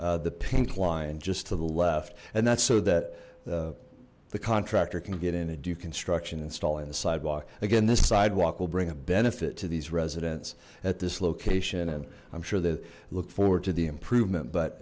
is the pink line just to the left and that's so that the contractor can get in and do construction installing the sidewalk again this sidewalk will bring a benefit to these residents at this location and i'm sure they look forward to the improvement but